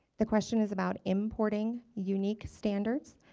the question is about importing unique standards.